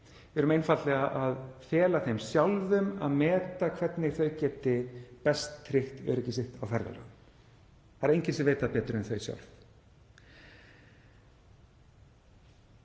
Við erum einfaldlega að fela þeim sjálfum að meta hvernig þau geti best tryggt öryggi sitt á ferðalögum. Það er enginn sem veit það betur en þau sjálf.